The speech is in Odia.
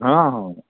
ହଁ ହଉଁ